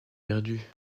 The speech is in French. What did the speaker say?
perdues